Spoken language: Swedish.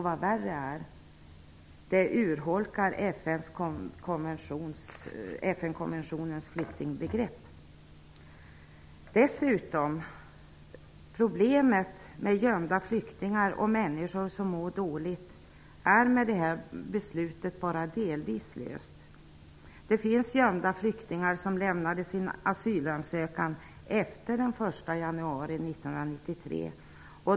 Vad värre är urholkar det FN-konventionens flyktingbegrepp. Dessutom är problemet med gömda flyktingar och människor som mår dåligt med det beslutet bara delvis löst. Det finns gömda flyktingar som lämnade in sin asylansökan efter den 1 januari 1993.